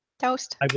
Toast